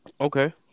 Okay